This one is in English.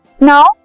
Now